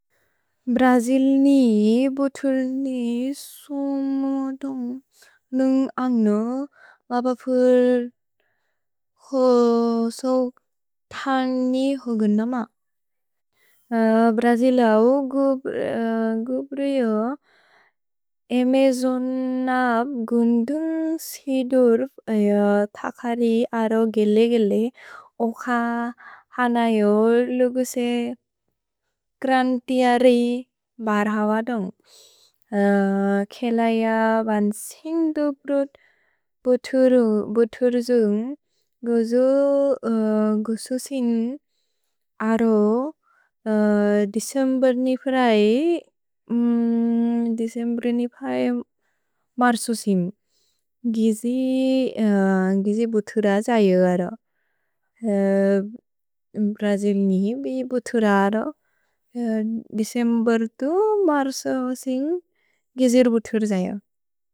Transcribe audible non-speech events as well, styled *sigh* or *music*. Brazil नि बोतुल् नि सुनोदोन्ग् नुन्ग् अन्ग्नु बबपुल् क्सो क्सो तन् नि क्सो गुन म। भ्रजिलौ गुब्रु जो एमे जोनप् गुन्दुन्ग् सिदुर्प् अजो तकरि अरो गेले गेले ओक्स हनयोर् लुगुसे क्रन्तिअरि बर्हवदोन्ग्। केलैअ बन्सिन् दुप्रुद् बोतुर् जुन्ग् *hesitation* गुजु गु सुसिन् अरो दिसेम्बेर् *hesitation* नि प्रए मर् सुसिन्। गुजि बोतुर जयो अरो भ्रजिल् नि बोतुर अरो दिसेम्बेर् दु मर् सुसिन् गुजि बोतुर जयो।